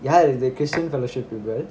ya the christian fellowship people